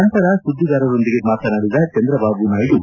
ನಂತರ ಸುದ್ದಿಗಾರರರೊಂದಿಗೆ ಮಾತನಾಡಿದ ಚಂದ್ರಬಾಬುನಾಯ್ದು